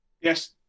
Yes